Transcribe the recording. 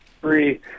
three